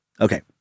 Okay